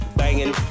banging